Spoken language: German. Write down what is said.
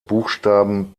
buchstaben